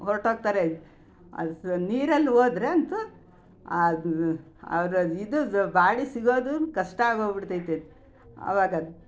ಹೊರಟೋಗ್ತರೆ ನೀರಲ್ಲಿ ಹೋದ್ರೆ ಅಂತೂ ಅವರ ಇದು ಬಾಡಿ ಸಿಗೋದು ಕಷ್ಟ ಆಗಿ ಹೋಗ್ಬಿಡ್ತದೆ ಅವಾಗ